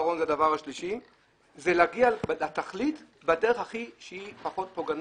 להגיע לתכלית בדרך הכי פחות פוגענית,